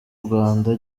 rwanda